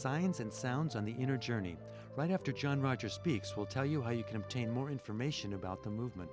science and sounds on the inner journey right after john rogers speaks we'll tell you how you can obtain more information about the movement